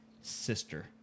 sister